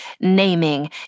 Naming